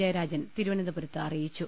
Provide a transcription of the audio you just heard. ജയ രാജൻ തിരുവനന്തപുരത്ത് അറിയിച്ചു